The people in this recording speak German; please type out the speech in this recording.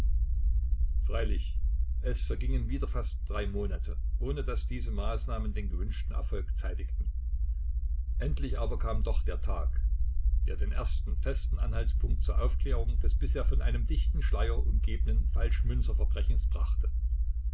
freilich es vergingen wieder fast drei monate ohne daß diese maßnahmen den gewünschten erfolg zeitigten endlich aber kam doch der tag der den ersten festen anhaltspunkt zur aufklärung des bisher von einem dichten schleier umgebenen falschmünzerverbrechens brachte